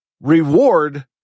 reward